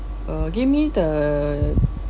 uh give me the